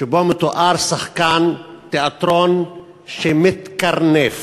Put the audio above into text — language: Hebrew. שבו מתואר שחקן תיאטרון שמתקרנף.